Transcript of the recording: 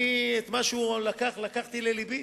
את מה שהוא אמר לקחתי ללבי,